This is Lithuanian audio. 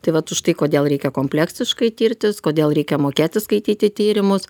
tai vat užtai kodėl reikia kompleksiškai tirtis kodėl reikia mokėti skaityti tyrimus